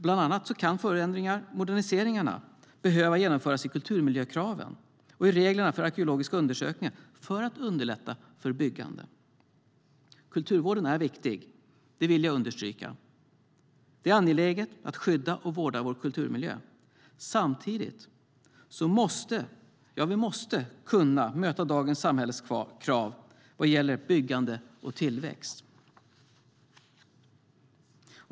Bland annat kan förändringar - moderniseringar - behöva genomföras i kulturmiljökraven och i reglerna för arkeologiska undersökningar för att underlätta för byggande. Kulturvården är viktig; det vill jag understryka. Det är angeläget att skydda och vårda vår kulturmiljö. Samtidigt måste vi kunna möta dagens krav i samhället vad gäller byggande och tillväxt.